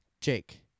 Jake